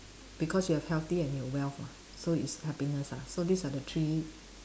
because you have healthy and your wealth lah so is happiness ah so these are the three